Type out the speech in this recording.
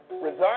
resign